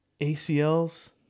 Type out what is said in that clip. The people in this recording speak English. ACLs